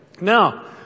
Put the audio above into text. Now